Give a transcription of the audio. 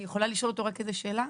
אני יכולה לשאול אותו רק איזה שאלה?